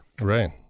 Right